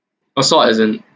assault as in